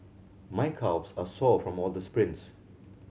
my calves are sore from all the sprints